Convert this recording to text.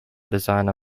designer